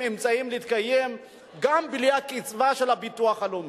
אמצעים להתקיים גם בלי הקצבה של הביטוח הלאומי.